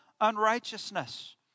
unrighteousness